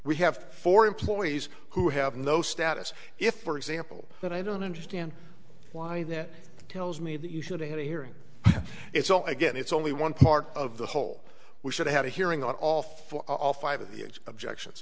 we have for employees who have no status if for example that i don't understand why that tells me that you should have a hearing it's all again it's only one part of the whole we should have a hearing on all four all five of the edge objections